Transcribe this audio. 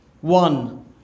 One